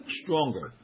stronger